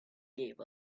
gave